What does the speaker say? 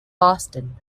boston